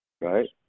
right